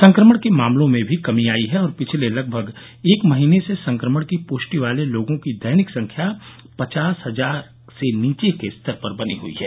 संक्रमण के मामलों में भी कमी आई है और पिछले लगभग एक महीने से संक्रमण की पुष्टि वाले लोगों की दैनिक संख्या पचास हजार से नीचे के स्तर पर बनी हई है